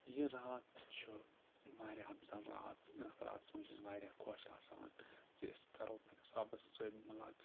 یہِ راتھ چھُ واریاہ اَفضل رات یَتھ راتَس منٛز چھِ أسۍ واریاہ خۄش آسان زِ أسۍ کَرو پنٛنِس رۄبَس سۭتۍ مُلاق